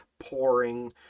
pouring